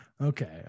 Okay